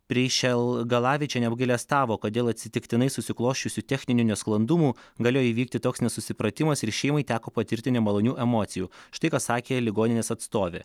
prišelgalavičienė neapgailestavo kad dėl atsitiktinai susiklosčiusių techninių nesklandumų galėjo įvykti toks nesusipratimas ir šeimai teko patirti nemalonių emocijų štai ką sakė ligoninės atstovė